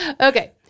Okay